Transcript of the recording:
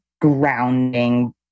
grounding